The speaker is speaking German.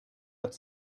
hat